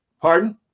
Pardon